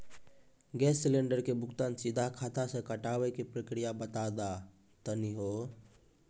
Gas cylinder के भुगतान सीधा खाता से कटावे के प्रक्रिया बता दा तनी हो?